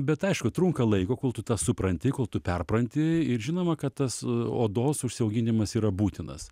bet aišku trunka laiko kol tu tą supranti kol tu perpranti ir žinoma kad tas odos užsiauginamas yra būtinas